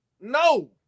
No